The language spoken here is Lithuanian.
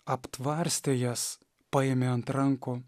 aptvarstė jas paėmė ant rankų